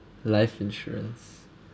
life insurance